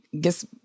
guess